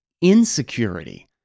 insecurity